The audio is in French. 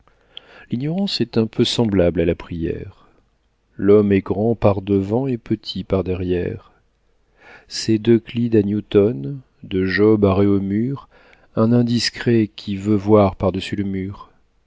l'ignorance est un peu semblable à la prière l'homme est grand par devant et petit par derrière c'est d'euclide à newton de job à réaumur un indiscret qui veut voir par-dessus le mur